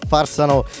Farsano